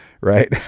right